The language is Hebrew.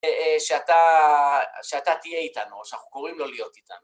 שאתה תהיה איתנו, שאנחנו קוראים לו להיות איתנו.